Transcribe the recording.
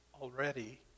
Already